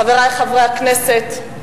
חברי חברי הכנסת,